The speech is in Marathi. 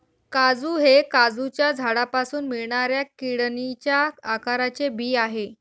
काजू हे काजूच्या झाडापासून मिळणाऱ्या किडनीच्या आकाराचे बी आहे